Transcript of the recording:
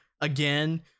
again